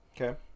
Okay